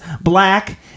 black